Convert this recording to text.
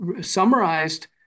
summarized